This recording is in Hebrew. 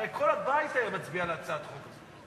הרי כל הבית היה מצביע בעד הצעת חוק כזאת.